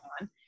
on